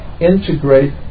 integrate